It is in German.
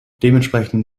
dementsprechend